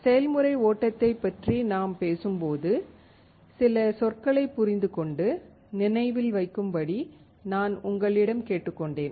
செயல்முறை ஓட்டத்தைப் பற்றி நாம் பேசும்போது சில சொற்களைப் புரிந்துகொண்டு நினைவில் வைக்கும்படி நான் உங்களிடம் கேட்டுக் கொண்டேன்